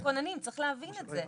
אבל זה כוננים, צריך להבין את זה.